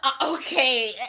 okay